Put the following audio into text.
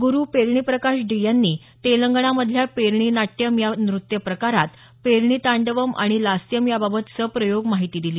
गुरु Perini Prakash D यांनी तेलंगणामधल्या पेरणी नाट्यम या नृत्यप्रकारात पेरणी तांडवम् आणि लास्यम् याबाबत सप्रयोग माहिती दिली